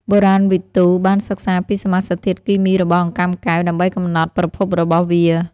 បុរាណវិទូបានសិក្សាពីសមាសធាតុគីមីរបស់អង្កាំកែវ ដើម្បីកំណត់ប្រភពរបស់វា។